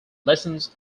lessons